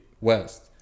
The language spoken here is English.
West